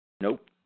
nope